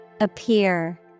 Appear